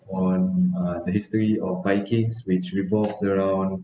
on uh the history of vikings which revolved around